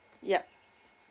yup